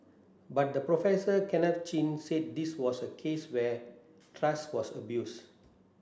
but the Professor Kenneth Chin said this was a case where trust was abused